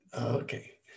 okay